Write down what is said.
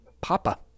Papa